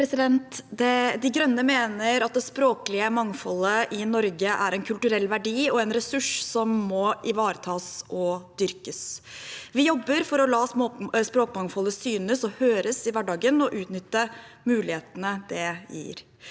De Grønne mener at det språklige mangfoldet i Norge er en kulturell verdi og en ressurs som må ivaretas og dyrkes. Vi jobber for å la språkmangfoldet synes og høres i hverdagen og utnytte mulighetene det gir.